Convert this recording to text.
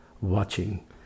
watching